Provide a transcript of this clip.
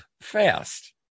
fast